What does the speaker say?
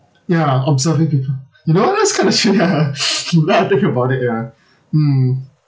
ya observing people you know that's kind of shit ah tonight I think about it ya mm